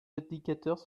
indicateurs